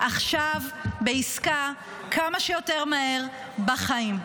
עכשיו, בעסקה, כמה שיותר מהר, בחיים.